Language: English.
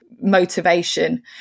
motivation